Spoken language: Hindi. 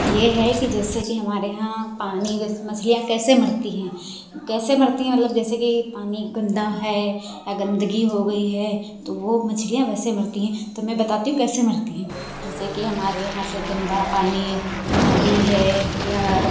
ये है कि जैसे कि हमारे यहाँ पानी जैस मछलियाँ कैसे मरती हैं कैसे मरती हैं मल्ब जैसे कि पानी गंदा है और गंदगी हो गई है तो वो मछलियां वैसे मरती हैं तो मैं बताती हूँ कैसे मरती हैं जैसे कि हमारे यहाँ से गंदा पानी नाली है या